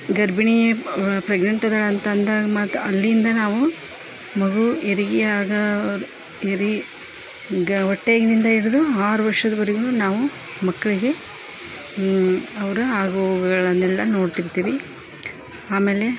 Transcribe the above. ಗರ್ಭಿಣಿ ಪ್ರೆಗ್ನೆಂಟ್ ಇದಾಳ್ ಅಂತಂದಾಗ ಮಾತ್ರ ಅಲ್ಲಿಂದ ನಾವು ಮಗು ಹೆರಿಗೆ ಅಗ ಹೆರಿಗೆ ಹೊಟ್ಟೇಗ್ನಿಂದ ಹಿಡ್ದು ಆರು ವರ್ಷದ ವರೆಗೂನೂ ನಾವು ಮಕ್ಕಳಿಗೆ ಅವರ ಆಗು ಹೋಗುಗಳನ್ನೆಲ್ಲ ನೋಡ್ತಿರ್ತೀವಿ ಆಮೇಲೆ